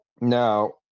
Now